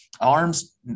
Arms